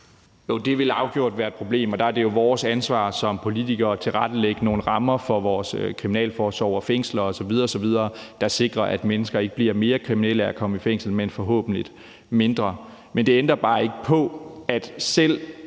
Jo, det ville afgjort være et problem, og der er det jo vores ansvar som politikere at tilrettelægge nogle rammer for vores kriminalforsorg, fængsler osv., der sikrer, at mennesker ikke bliver mere kriminelle af at komme i fængsel, men forhåbentlig mindre. Det ændrer bare ikke på, at selv